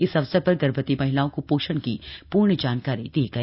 इस अवसर पर गर्भवती महिलाओं को पोषण की पूर्ण जानकारी दी गई